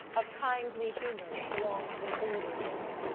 of kindly humour which belonged to an older day.